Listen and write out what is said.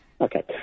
Okay